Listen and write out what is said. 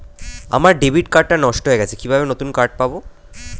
আমার debit card টা নষ্ট হয়ে গেছে কিভাবে নতুন কার্ড পাব?